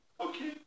okay